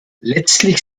letztlich